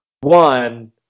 One